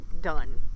done